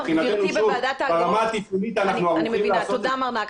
ברמה הטיפולית אנחנו ערוכים לעשות את זה.